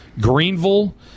Greenville